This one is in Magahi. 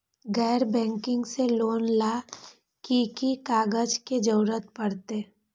गैर बैंकिंग से लोन ला की की कागज के जरूरत पड़तै?